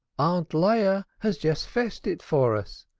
aunt leah has just fetched it for us.